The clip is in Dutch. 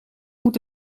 moet